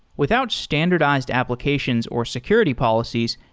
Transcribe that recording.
without standardized applications or security policies,